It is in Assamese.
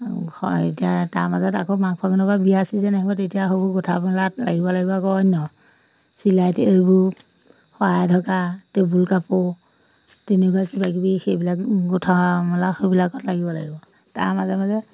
আৰু হয় এতিয়া তাৰ মাজত আকৌ মাঘ ফাগুনৰ পৰা বিয়া চিজন আহিব তেতিয়া সেইবোৰ গুঠা মেলাত লাগিব লাগিব আকৌ অন্য় চিলাই টিলাই শৰাই ঢকা টেবুল কাপোৰ তেনেকুৱা কিবা কিবি সেইবিলাক গুঠা মেলা সেইবিলাকত লাগিব লাগিব তাৰ মাজে মাজে